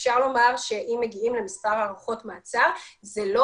אפשר לומר שאם מגיעים למספר הארכות מעצר זה לא